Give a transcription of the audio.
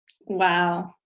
Wow